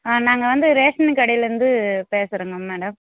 ஆ நாங்கள் வந்து ரேசனு கடையிலிருந்து பேசுகிறேங்க மேடம்